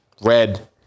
Red